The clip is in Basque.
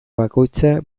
bakoitza